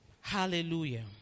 Hallelujah